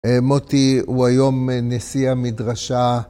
מוטי הוא היום נשיא המדרשה